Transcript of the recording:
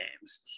games